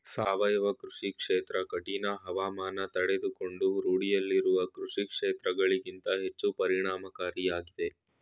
ಸಾವಯವ ಕೃಷಿ ಕ್ಷೇತ್ರ ಕಠಿಣ ಹವಾಮಾನ ತಡೆದುಕೊಂಡು ರೂಢಿಯಲ್ಲಿರುವ ಕೃಷಿಕ್ಷೇತ್ರಗಳಿಗಿಂತ ಹೆಚ್ಚು ಪರಿಣಾಮಕಾರಿಯಾಗಿದೆ